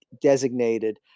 designated